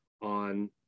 on